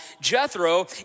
Jethro